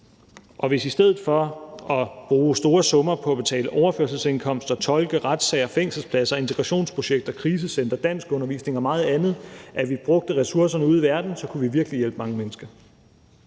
og hvis man i stedet for at bruge store summer på at betale overførselsindkomster, tolke, retssager, fængselspladser, integrationsprojekter, krisecentre, danskundervisning og meget andet, brugte ressourcerne ude i verden, så kunne vi virkelig hjælpe mange mennesker.